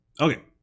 Okay